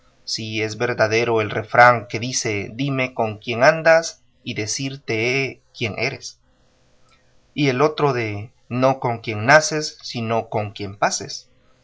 si es verdadero el refrán que dice dime con quién andas decirte he quién eres y el otro de no con quien naces sino con quien paces